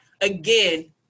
again